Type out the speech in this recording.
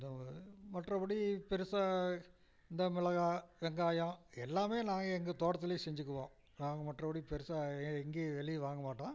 மற்றபடி பெருசாக இந்த மிளகாய் வெங்காயம் எல்லாமே நாங்கள் எங்கள் தோட்டத்திலேயே செஞ்சுக்குவோம் நாங்கள் மற்றபடி பெருசாக எ எங்கேயும் வெளியே வாங்க மாட்டோம்